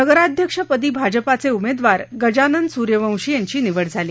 नगराध्यक्षपदी भाजपाचे उमेदवार गजानन सूर्यवंशी यांची निवड झाली